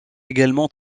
également